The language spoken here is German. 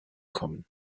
kommen